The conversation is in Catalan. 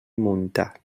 muntat